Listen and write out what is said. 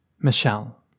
Michelle